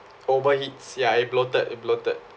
overheat sia it bloated it bloated